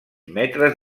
metres